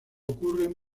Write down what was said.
ocurren